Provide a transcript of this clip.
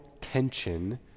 tension